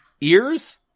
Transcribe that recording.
Ears